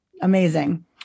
Amazing